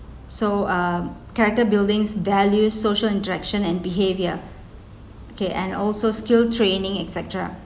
so um character buildings value social interaction and behaviour okay and also skill training et cetera